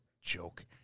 joke